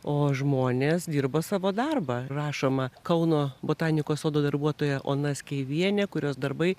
o žmonės dirba savo darbą rašoma kauno botanikos sodo darbuotoja ona skeivienė kurios darbai